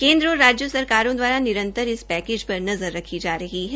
केन्द्र और राज्य सरकारों द्वारा निरंतर इस पैकेज पर नजर रखी जा रही है